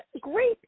great